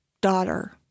daughter